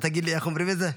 אתה תגיד לי איך אומרים את זה?